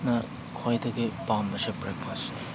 ꯅ ꯈ꯭ꯋꯥꯏꯗꯒꯤ ꯄꯥꯝꯕꯁꯨ ꯕ꯭ꯔꯦꯛꯐꯥꯁ